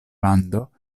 lando